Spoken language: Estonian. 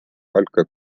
palka